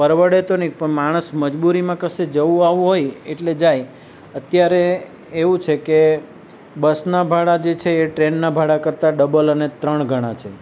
પરવડે તો નહીં પણ માણસ મજબૂરીમાં કશે જવું આવવું હોય એટલે જાય અત્યારે એવું છે કે બસના ભાડા જે છે એ ટ્રેનના ભાડા કરતાં ડબલ અને ત્રણ ગણા છે